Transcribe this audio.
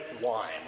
wine